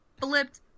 flipped